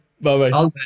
Bye-bye